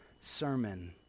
sermon